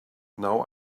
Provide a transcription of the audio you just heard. now